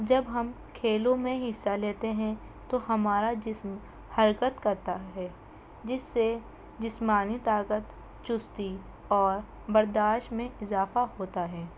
جب ہم کھیلوں میں حصہ لیتے ہیں تو ہمارا جسم حرکت کرتا ہے جس سے جسمانی طاقت چستی اور برداشت میں اضافہ ہوتا ہے